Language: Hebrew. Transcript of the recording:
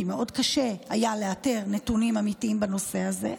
כי היה קשה מאוד לאתר נתונים אמיתיים בנושא הזה,